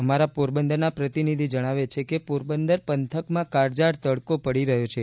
અમારા પોરબંદરના પ્રતિનિધિ જણાવે છે કે પોરબંદર પંથકમાં કાળઝાળ તડકો પડી રહ્યો છે